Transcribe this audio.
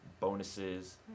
bonuses